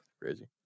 Crazy